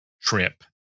trip